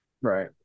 right